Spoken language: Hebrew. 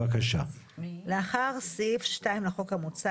אז בבקשה, הסתייגות מספר